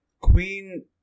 Queen